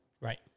Right